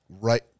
right